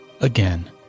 again